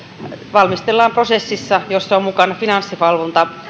valmistellaan prosessissa jossa on mukana finanssivalvonta